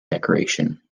decoration